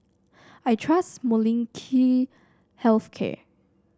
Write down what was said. I trust Molnylcke Health Care